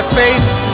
face